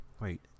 wait